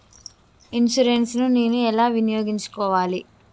Insurance ని నేను ఎలా వినియోగించుకోవాలి?